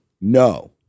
no